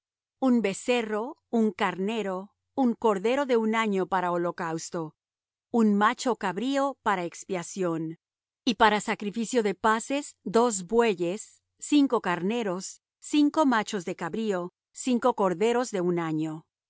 un becerro un carnero un cordero de un año para holocausto un macho cabrío para expiación y para sacrificio de paces dos bueyes cinco carneros cinco machos de cabrío cinco corderos de un año